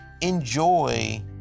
enjoy